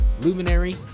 Luminary